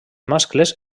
mascles